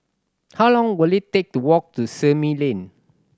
how long will it take to walk to Simei Lane